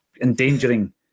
endangering